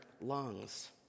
lungs